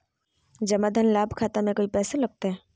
जन धन लाभ खाता में कोइ पैसों लगते?